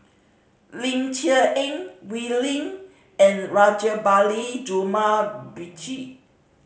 Ling Cher Eng Wee Lin and Rajabali